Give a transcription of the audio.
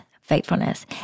faithfulness